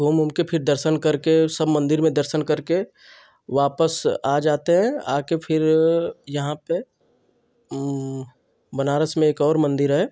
घूम ऊम कर फिर दर्शन करके सब मंदिर में दर्शन करके वापस आ जाते हैं आ कर फिर यहाँ पर बनारस में एक और मंदिर है